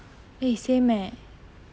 eh same eh